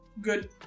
good